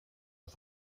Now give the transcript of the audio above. auf